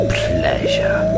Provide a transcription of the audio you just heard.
pleasure